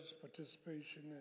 participation